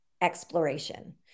exploration